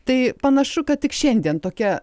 tai panašu kad tik šiandien tokia